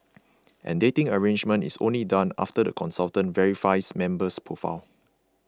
and dating arrangement is only done after the consultant verifies member's profile